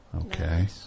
Okay